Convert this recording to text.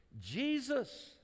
Jesus